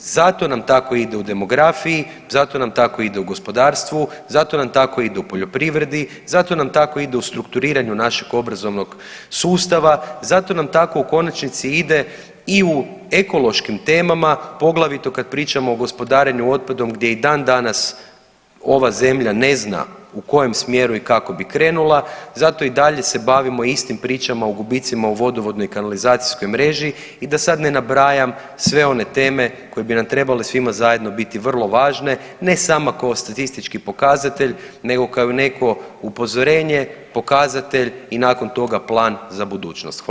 Zato nam tako ide u demografiji, zato nam tako ide u gospodarstvu, zato nam tako ide u poljoprivredi, zato nam tako ide u strukturiranju našeg obrazovnog sustava, zato nam tako u konačnici ide i u ekološkim temama, poglavito kad pričamo o gospodarenju otpadom gdje i dan danas ova zemlja ne zna u kojem smjeru i kako bi krenula, zato i dalje se bavimo istim pričama o gubicima u vodovodnoj i kanalizacijskoj mreži i da sad ne nabrajam sve one teme koje bi nam trebale svima zajedno biti vrlo važne, ne samo kao statistički pokazatelj nego kao i neko upozorenje, pokazatelj i nakon toga plan za budućnost.